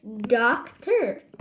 doctor